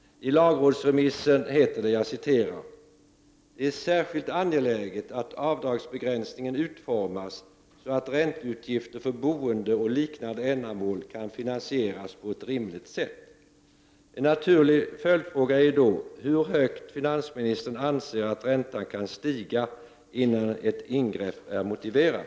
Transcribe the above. I lagrådsremissen heter det: ”Det är särskilt angeläget att avdragsbegränsningen utformas så att ränteutgifter för boende och liknande ändamål kan finansieras på ett rimligt sätt.” En naturlig följdfråga är då hur högt finansministern anser att räntan kan stiga innan ett ingrepp är motiverat.